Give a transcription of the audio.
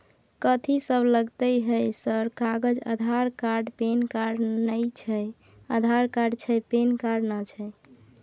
कथि सब लगतै है सर कागज आधार कार्ड पैन कार्ड नए छै आधार कार्ड छै पैन कार्ड ना छै?